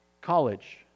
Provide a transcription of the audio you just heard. college